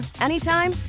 anytime